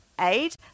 aid